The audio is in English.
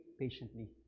patiently